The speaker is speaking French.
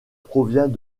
provient